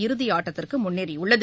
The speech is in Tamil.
இறுதி ஆட்டத்திற்கு முன்னேறியுள்ளது